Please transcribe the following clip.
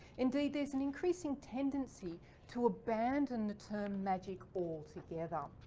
indeed there's an increasing tendency to abandon the term magic altogether.